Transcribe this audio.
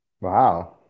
wow